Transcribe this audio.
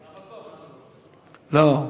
לא.